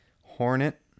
hornet